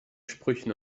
sprüchen